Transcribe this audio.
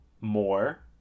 more